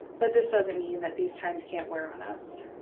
but this doesn't mean that these times can't wear on us.